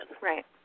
Right